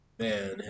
Man